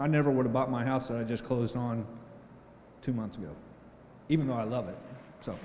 i never would have bought my house i just closed on two months ago even though i love it so